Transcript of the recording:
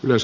myös